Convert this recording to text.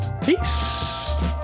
Peace